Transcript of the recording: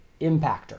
impactor